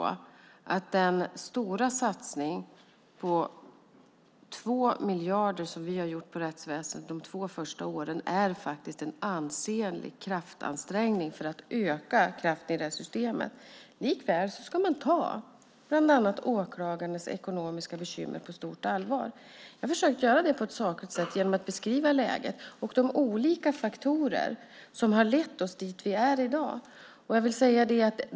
Den stora satsning på 2 miljarder som vi har gjort på rättsväsendet de två första åren är faktiskt en ansenlig kraftansträngning för att öka kraften i rättssystemet. Likväl ska man ta bland annat åklagarnas ekonomiska bekymmer på stort allvar. Jag har försökt att göra det på ett sakligt sätt genom att beskriva läget och de olika faktorer som har lett oss dit där vi är i dag.